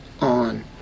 on